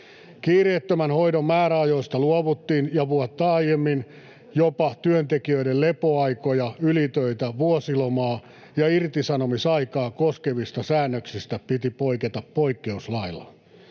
Kiireettömän hoidon määräajoista luovuttiin, ja vuotta aiemmin jopa työntekijöiden lepoaikoja, ylitöitä, vuosilomaa ja irtisanomisaikaa koskevista säännöksistä piti poiketa poikkeuslailla.